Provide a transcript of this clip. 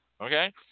Okay